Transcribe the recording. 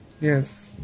Yes